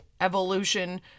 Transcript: evolution